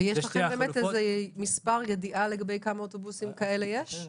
יש לכם ידיעה כמה אוטובוסים כאלה יש?